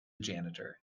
janitor